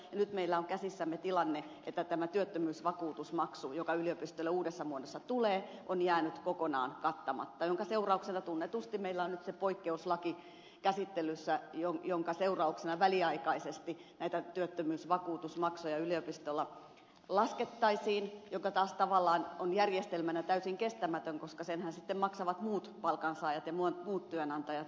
nyt meillä on käsissämme tilanne että tämä työttömyysvakuutusmaksu joka yliopistoille uudessa muodossa tulee on jäänyt kokonaan kattamatta minkä seurauksena tunnetusti meillä on nyt se poikkeuslaki käsittelyssä jonka seurauksena väliaikaisesti näitä työttömyysvakuutusmaksuja yliopistoilla laskettaisiin mikä taas tavallaan on järjestelmänä täysin kestämätön koska senhän sitten maksavat muut palkansaajat ja muut työnantajat